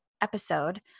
episode